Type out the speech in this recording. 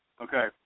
Okay